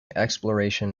exploration